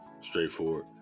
straightforward